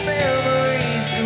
memories